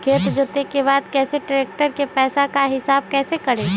खेत जोते के बाद कैसे ट्रैक्टर के पैसा का हिसाब कैसे करें?